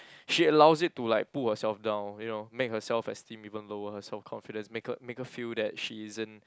she allows it to like pull herself down you know make her self esteem even lower her confidence make her make her feel that she isn't